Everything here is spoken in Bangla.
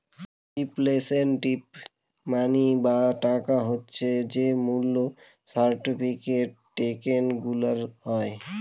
রিপ্রেসেন্টেটিভ মানি বা টাকা হচ্ছে যে মূল্য সার্টিফিকেট, টকেনগুলার হয়